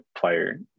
player